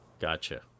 Gotcha